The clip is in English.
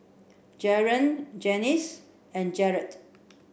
Jaren Janis and Garret